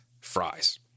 fries